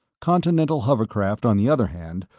continental hovercraft, on the other hand,